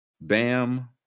Bam